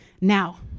now